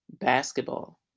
basketball